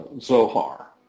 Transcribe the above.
Zohar